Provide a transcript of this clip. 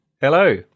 Hello